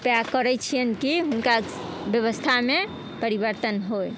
उपाय करै छिअनि कि हुनका बेबस्थामे परिवर्तन होइ